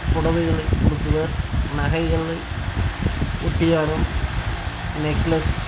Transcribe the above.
புடவைகளை உடுத்துபவர் நகைகளில் ஒட்டியாணம் நெக்லஸ்